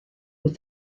with